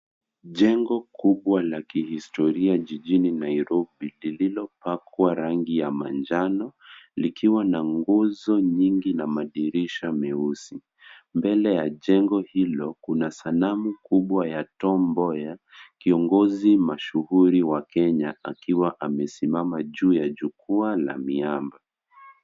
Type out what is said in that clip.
Jengo kubwa la kihistoria jijini Nairobi lililopakwa rangi ya manjano likiwa na nguzo nyingi na madirisha meusi. Mbele ya jengo hilo kuna sanamu kubwa ya Tom Mboya kiongozi mashuhuri wa Kenya akiwa amesimama juu ya jukwaajukwaa la miamba.